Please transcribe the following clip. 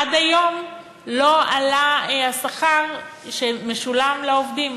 עד היום לא עלה השכר שמשולם לעובדים.